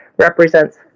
represents